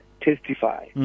testify